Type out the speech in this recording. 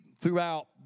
throughout